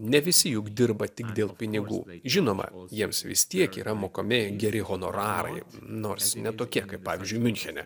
ne visi juk dirba tik dėl pinigų žinoma jiems vis tiek yra mokami geri honorarai nors ne tokie kaip pavyzdžiui miunchene